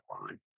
line